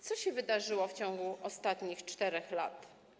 Co się wydarzyło w ciągu ostatnich 4 lat?